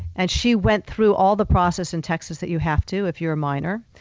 and she went through all the process in texas that you have to if you're a minor,